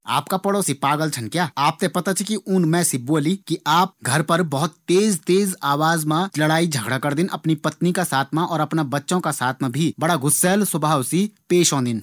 आपका पड़ोसी पागल छन क्या? आप थें पता च ऊन मैं सी बोली कि आप घर मा बहुत तेज-तेज आवाज़ मा लड़ाई झगड़ा करदिन। अपनी पत्नी और अपना बच्चों का साथ मा भी बड़ा गुस्सैल स्वभाव सी पेश ओंदीन।